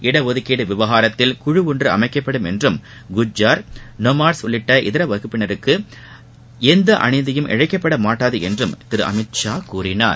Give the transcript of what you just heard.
இடஒதுக்கீடு விவகாரத்தில் குழு ஒன்று அமைக்கப்படும் என்றும் குஜ்ஜர் நொமாட்ஸ் உள்ளிட்ட இதர வகுப்பினர்களுக்கு எந்த அநீதியும் இழைக்கப்படமாட்டாது என்றும் திரு அமித்ஷா கூறினார்